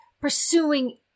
Pursuing